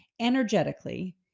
energetically